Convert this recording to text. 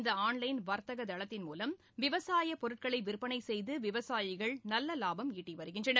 இந்த ஆன்லைன் வர்த்தக தளத்தின் மூலம் விவசாயப்பொருட்களை விற்பனை செய்து விவசாயிகள் நல்ல லாபம் ஈட்டி வருகின்றனர்